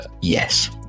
Yes